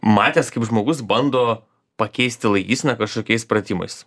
matęs kaip žmogus bando pakeisti laikyseną kažkokiais pratimais